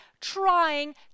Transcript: trying